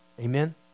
Amen